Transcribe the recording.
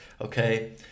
okay